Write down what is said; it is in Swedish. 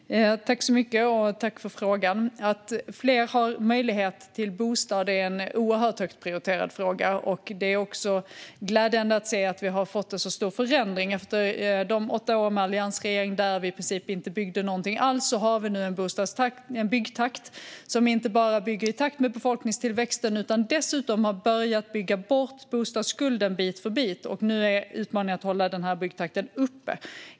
Fru talman! Tack, Anders Österberg, för frågan! Att fler har möjlighet till bostad är en oerhört högt prioriterad fråga. Det är också glädjande att se att vi har fått en så stor förändring. Efter de åtta åren med alliansregeringen där vi i princip inte byggde någonting alls har vi nu en byggtakt som innebär att man inte bara bygger i takt med befolkningstillväxten utan dessutom har börjat bygga bort bostadsskulden bit för bit. Nu är utmaningen att hålla den byggtakten uppe.